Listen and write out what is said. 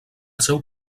seu